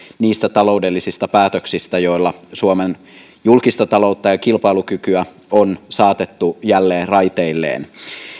niistä taloudellisista päätöksistä joilla suomen julkista taloutta ja kilpailukykyä on saatettu jälleen raiteilleen